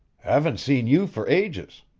haven't seen you for ages.